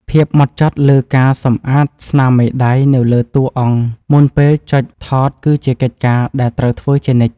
ភាពហ្មត់ចត់លើការសម្អាតស្នាមមេដៃនៅលើតួអង្គមុនពេលចុចថតគឺជាកិច្ចការដែលត្រូវធ្វើជានិច្ច។